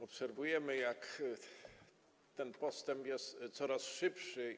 Obserwujemy, jak ten postęp jest coraz szybszy.